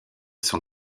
son